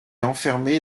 enfermé